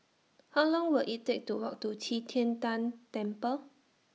How Long Will IT Take to Walk to Qi Tian Tan Temple